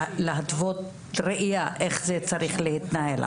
להתוות ראייה, איך זה צריך להתנהל.